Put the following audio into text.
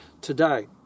today